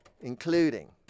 including